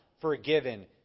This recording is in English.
forgiven